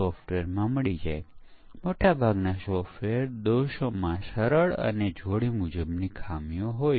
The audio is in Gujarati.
દરેક વ્યૂહરચના એ બગ ફિલ્ટર છે અને આપણને આમાંની ઘણી વ્યૂહરચનાની જરૂર છે